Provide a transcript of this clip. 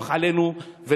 לדרוך עלינו.